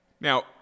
Now